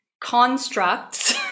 constructs